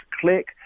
click